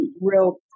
real